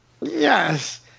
Yes